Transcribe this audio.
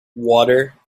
water